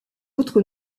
autre